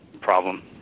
problem